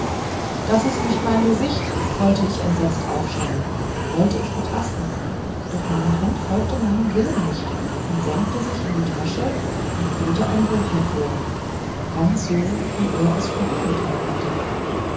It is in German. das ist nicht mein gesicht wollte ich entsetzt aufschreien wollte es betasten doch meine hand folgte meinem willen nicht und senkte sich in die tasche und holte ein buch hervor ganz so wie er es vorhin getan hatte